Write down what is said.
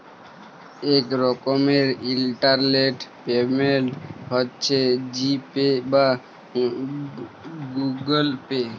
ইক রকমের ইলটারলেট পেমেল্ট হছে জি পে বা গুগল পে